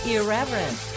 irreverent